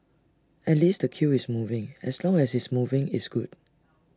at least the queue is moving as long as it's moving it's good